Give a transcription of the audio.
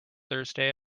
thursday